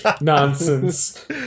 nonsense